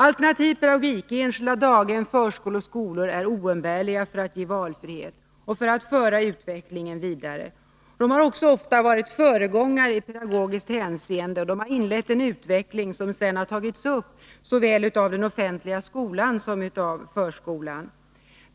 Alternativ pedagogik, enskilda daghem, förskolor och skolor är oumbärliga för att ge valfrihet och för att föra utvecklingen vidare. De har ofta varit föregångare i pedagogiskt hänseende och inlett en utveckling som sedan tagits upp av såväl den offentliga skolan som förskolan.